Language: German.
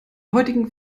heutigen